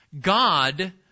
God